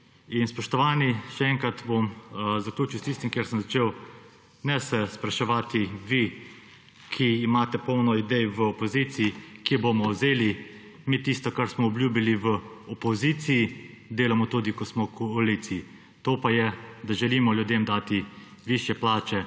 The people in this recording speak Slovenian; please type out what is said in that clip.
Spoštovani, zaključil bom s tistim, s čimer sem začel. Ne se spraševati, vi, ki imate polno idej v opoziciji, od kod bomo mi vzeli tisto, kar smo obljubili, v opoziciji, delamo tudi, ko smo v koaliciji. To pa je, da želimo ljudem dati višje plače.